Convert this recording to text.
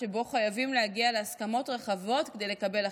שבו חייבים להגיע להסכמות רחבות כדי לקבל החלטות.